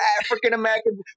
African-American